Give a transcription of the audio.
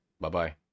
Bye-bye